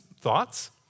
thoughts